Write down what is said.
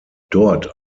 dort